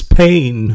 pain